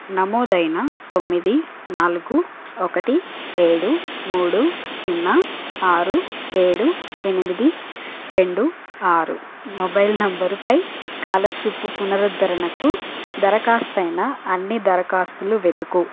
నమోదైన తొమ్మిది నాలుగు ఒకటి ఏడు మూడు సున్నా ఆరు ఏడు ఎనిమిది రెండు ఆరు మొబైల్ నంబరుపై స్కాలర్షిప్ పునరుద్ధరణకు దరఖాస్తయిన అన్ని దరఖాస్తులు వెతుకు